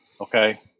okay